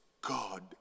God